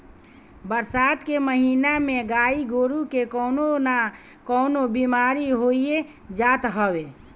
बरसात के महिना में गाई गोरु के कवनो ना कवनो बेमारी होइए जात हवे